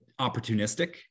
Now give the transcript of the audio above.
opportunistic